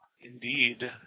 Indeed